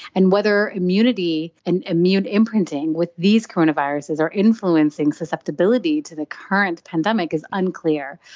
and whether immunity and immune imprinting with these coronaviruses are influencing susceptibility to the current pandemic is unclear,